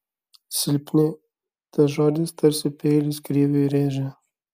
silpni tas žodis tarsi peilis kriviui rėžė